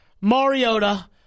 mariota